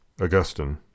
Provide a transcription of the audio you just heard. Augustine